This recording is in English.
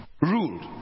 ruled